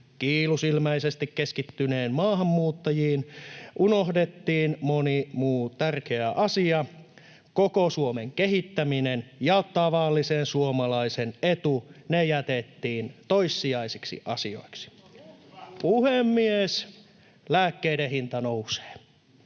kiilusilmäisesti keskityttiin maahanmuuttajiin, unohdettiin moni muu tärkeä asia. Koko Suomen kehittäminen ja tavallisen suomalaisen etu jätettiin toissijaisiksi asioiksi. Puhemies! Lääkkeiden hinta nousee,